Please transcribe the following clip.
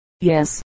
Yes